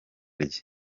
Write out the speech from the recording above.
rye